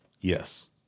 Yes